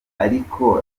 ariko